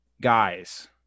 guys